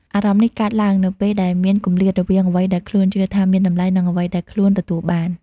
អារម្មណ៍នេះកើតឡើងនៅពេលដែលមាន គម្លាតរវាងអ្វីដែលខ្លួនជឿថាមានតម្លៃ និងអ្វីដែលខ្លួនទទួលបាន។